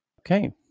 Okay